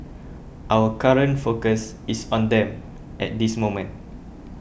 our current focus is on them at this moment